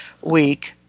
week